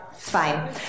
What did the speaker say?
fine